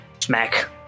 smack